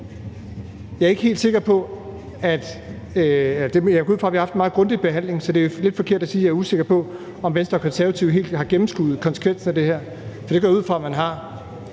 eller jeg går ud fra, at vi har haft en meget grundig behandling, så det er lidt forkert at sige, at jeg er usikker på, om Venstre og Konservative helt har gennemskuet konsekvensen af det her, for det går jeg ud fra man har.